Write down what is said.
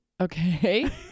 Okay